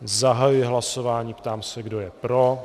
Zahajuji hlasování a ptám se, kdo je pro.